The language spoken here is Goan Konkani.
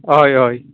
हय हय